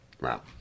Wow